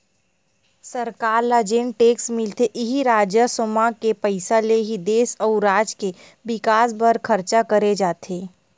सरकार ल जेन टेक्स मिलथे इही राजस्व म के पइसा ले ही देस अउ राज के बिकास बर खरचा करे जाथे